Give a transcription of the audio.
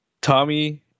Tommy